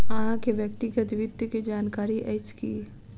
अहाँ के व्यक्तिगत वित्त के जानकारी अइछ की?